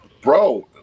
Bro